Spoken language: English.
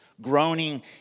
groaning